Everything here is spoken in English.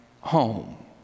home